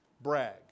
Brag